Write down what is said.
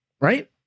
Right